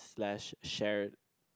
slash shared